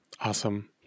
Awesome